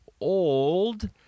old